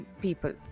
people